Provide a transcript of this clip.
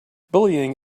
bullying